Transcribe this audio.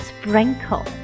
sprinkle